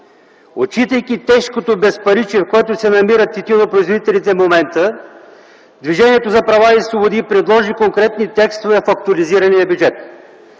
Отчитайки тежкото безпаричие, в което се намират тютюнопроизводителите в момента, Движението за права и свободи предложи конкретни текстове в актуализирания бюджет.